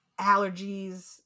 Allergies